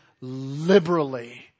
liberally